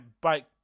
bike